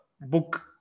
book